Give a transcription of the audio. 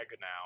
now